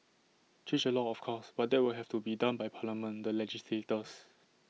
change the law of course but that will have to be done by parliament the legislators